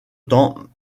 temps